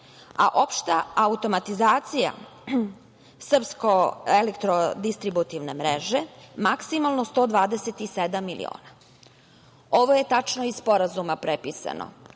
a opšta automatizacija srpsko-elektrodistributivne mreže maksimalno 127 miliona. Ovo je tačno iz sporazuma prepisano